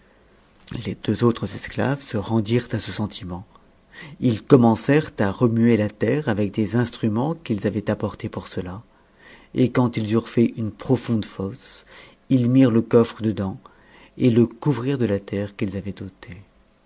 les deux autres esclaves se rendirent à ce sentiment ils commencèrent à remuer la terre avec des instruments qu'ils avaient apportés pour cela et quand ils eurent fait une profonde fosse ils mirent le coffre dedans et e couvrirent de la terre qu'ils avaient ôtée